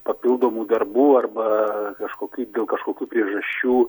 papildomų darbų arba kažkokių kažkokių priežasčių